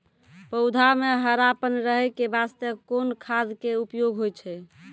पौधा म हरापन रहै के बास्ते कोन खाद के उपयोग होय छै?